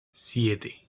siete